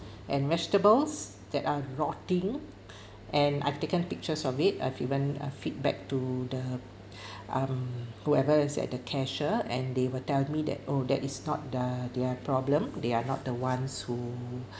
and vegetables that are rotting and I've taken pictures of it uh I've given a feedback to the um whoever is at the cashier and they will tell me that oh that is not the their problem they are not the ones who